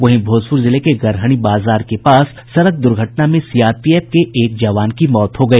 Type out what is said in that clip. वहीं भोजपुर जिले के गड़हनी बाजार के पास सड़क दुर्घटना में सीआरपीएफ के एक जवान की मौत हो गई